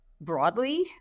broadly